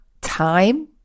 time